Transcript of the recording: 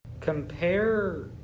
Compare